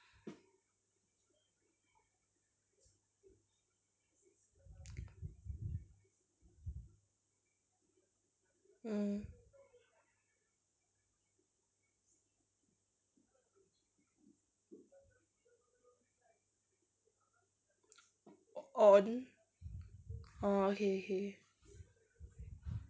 mm on orh okay okay